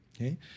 okay